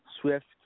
swift